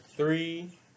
Three